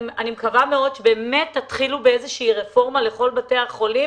אני מקווה מאוד שבאמת תתחילו באיזושהי רפורמה לכל בתי החולים,